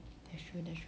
that's true that's true